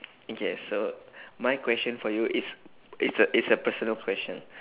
okay so my question for you is it's a it's a personal question